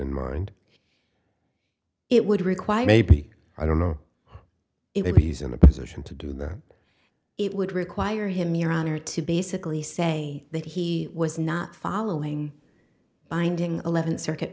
in mind it would require maybe i don't know if he's in a position to do that it would require him your honor to basically say that he was not following binding eleventh circuit